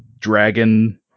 Dragon